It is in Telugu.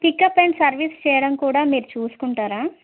పికప్ అండ్ సర్వీస్ చేయడం కూడా మీర్ చూస్కుంటారా